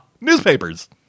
Newspapers